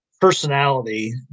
personality